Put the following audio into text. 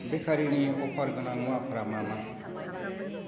बेकारिनि अफार गोनां मुवाफ्रा मा मा